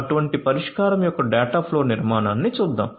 అటువంటి పరిష్కారం యొక్క డేటాఫ్లో నిర్మాణాన్ని చూద్దాం